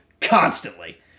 constantly